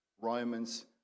Romans